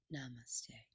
Namaste